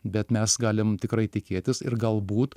bet mes galim tikrai tikėtis ir galbūt